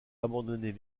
abandonner